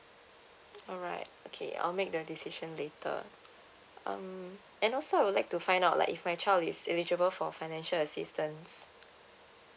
alright okay I'll make the decision later um and also I would like to find out like if my child is eligible for financial assistance